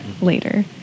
later